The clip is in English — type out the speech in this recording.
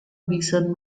bison